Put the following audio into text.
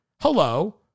Hello